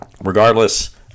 Regardless